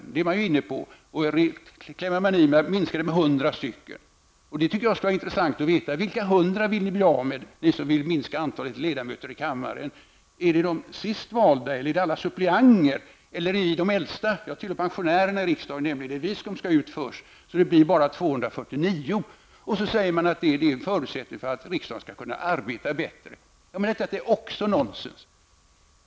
Förslaget är att antalet skall minskas med 100 ledamöter. Det skulle vara intressant att få veta vilka hundra ni vill bli av med. Är det de senast valda, är det suppleanterna eller är det de äldsta? Jag tillhör pensionärerna här i riksdagen och undrar om det är vi som skall ut först, så att det blir bara 249 ledamöter kvar. Man säger att detta är en förutsättning för att riksdagen skall kunna arbeta bättre. Detta är också nonsens.